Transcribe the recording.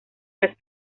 las